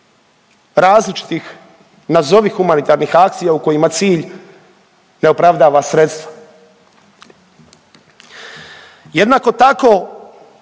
različitih nazovi humanitarnih akcija u kojima cilj ne opravdava sredstvo. Jednako tako